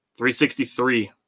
363